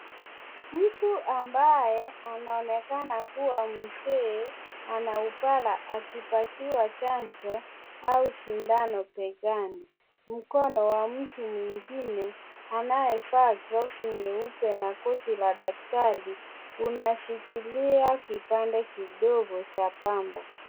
Mtu ambaye anaonekana kuwa mzee, ana upara akiopatiwa chanjo au sindano begani. Mkono wa mtu mwingine anayevaa glovu nyeupe na kti la daktari, unashikilia kipande kidogo cha pamba.